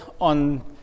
on